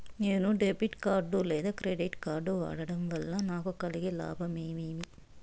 నేను debit card లేదా credit card వాడడం వల్ల నాకు కలిగే లాభాలు ఏమేమీ?